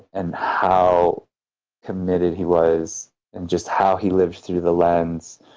and how committed he was, and just how he lived through the lens,